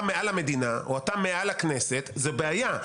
מעל המדינה או אתה מעל הכנסת, זו בעיה.